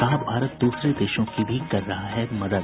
कहा भारत दूसरे देशों की भी कर रहा है मदद